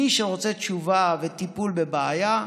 מי שרוצה תשובה וטיפול בבעיה,